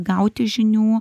gauti žinių